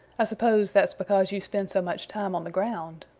i suppose that's because you spend so much time on the ground.